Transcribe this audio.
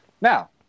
Now